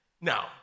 Now